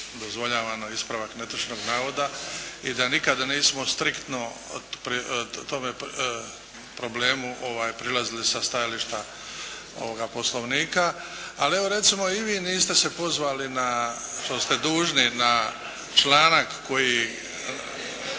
dozvoljavano ispravak netočnog navoda i da nikada nismo striktno o tome problemu prilazili sa stajališta Poslovnika, ali evo recimo i vi niste se pozvali što ste dužni na članak koji.